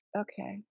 okay